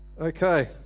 Okay